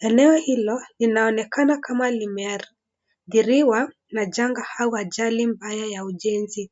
eneo hilo, linaonekana kama lime , hathiriwa, na janga hau ajali mbaya ya ujenzi.